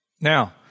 Now